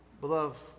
beloved